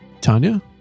Tanya